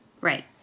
Right